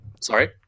sorry